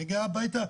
מגיעה הביתה,